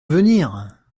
venir